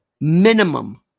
Minimum